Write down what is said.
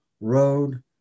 road